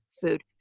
food